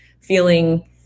feeling